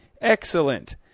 Excellent